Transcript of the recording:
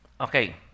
Okay